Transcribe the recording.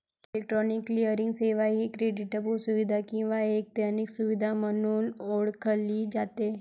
electronic clearing सेवा ही क्रेडिटपू सुविधा किंवा एक ते अनेक सुविधा म्हणून ओळखली जाते